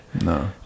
No